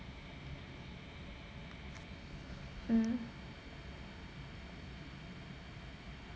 mmhmm